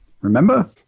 Remember